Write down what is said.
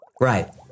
Right